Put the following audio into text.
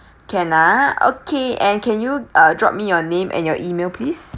can uh okay and can you uh drop me your name and your E-mail please